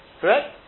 Correct